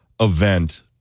event